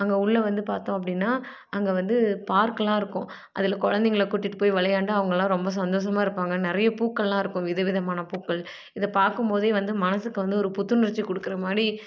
அங்கே உள்ள வந்து பார்த்தோம் அப்படின்னா அங்கே வந்து பார்க்கெல்லாம் இருக்கும் அதில் குழந்தைங்கள கூட்டிகிட்டு போய் விளையாண்டா அவர்கள்லாம் ரொம்ப சந்தோஷமாக இருப்பாங்க நிறைய பூக்கள்லாம் இருக்கும் வித விதமான பூக்கள் இதை பார்க்கும் போது வந்து மனசுக்கு வந்து ஒரு புத்துணர்ச்சியை கொடுக்குற மாதிரி